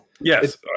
yes